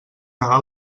negar